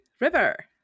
River